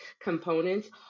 components